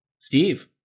Steve